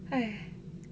!hais!